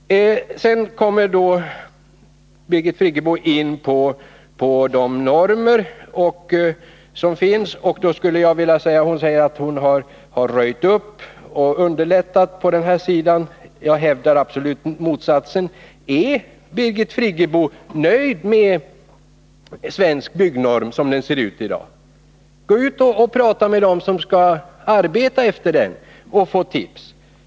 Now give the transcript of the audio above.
Birgit Friggebo kom sedan in på de normer som finns för byggandet. Hon sade att hon har röjt upp och underlättat — jag hävdar bestämt motsatsen. Är Birgit Friggebo nöjd med Svensk byggnorm, som den ser ut i dag? Gå ut och prata med dem som har att arbeta efter den! De skulle kunna ge Birgit Friggebo en del tips.